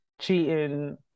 cheating